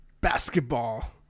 basketball